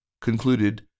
concluded